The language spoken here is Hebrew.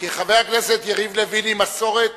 כי חבר הכנסת יריב לוין עם מסורת